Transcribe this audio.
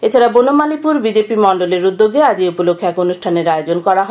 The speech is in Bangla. এছাডা বনমালীপুর বি জে পি মন্ডলের উদ্যোগে আজ এই উপলক্ষে এক অনুষ্ঠানের আয়োজন করা হয়